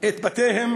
את בתיהם